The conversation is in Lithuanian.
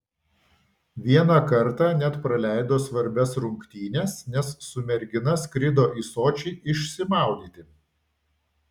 vieną kartą net praleido svarbias rungtynes nes su mergina skrido į sočį išsimaudyti